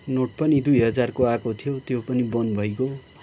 note पनि दुई हजारको आएको थियो त्यो पनि बन्द भइगयो